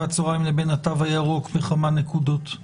הצהריים לבין התו הירוק בכמה נקודות.